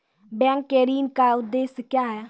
Bank के ऋण का उद्देश्य क्या हैं?